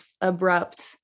abrupt